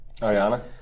Ariana